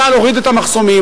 צה"ל הוריד את המחסומים,